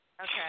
Okay